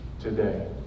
today